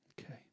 Okay